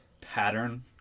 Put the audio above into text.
pattern